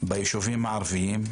ביישובים הערביים,